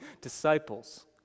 disciples